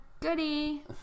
Goody